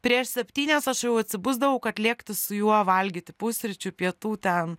prieš septynias aš jau atsibusdavau kad lėkti su juo valgyti pusryčių pietų ten